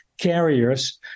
carriers